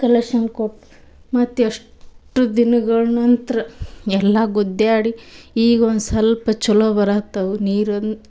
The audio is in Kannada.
ಕಲೆಕ್ಷನ್ ಕೊಟ್ಟು ಮತ್ತೆ ಎಷ್ಟು ದಿನ್ಗಳ ನಂತ್ರ ಎಲ್ಲ ಗುದ್ದಾಡಿ ಈಗ ಒಂದು ಸಲ್ಪ ಚಲೋ ಬರಹತ್ತವು ನೀರು